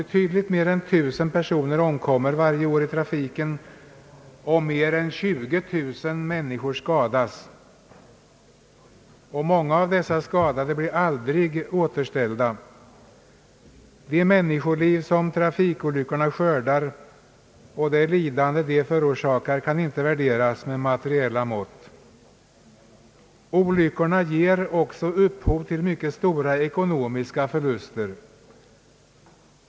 Betydligt mer än 19000 personer omkommer varje år i trafiken och mer än 20 000 skadas. Många av dessa skadade blir aldrig återställda. De människoliv som trafikolyckorna skördar och det lidande de förorsakar kan inte värderas med materiella mått. Olyckorna ger också upphov till mycket stora ekonomiska förluster.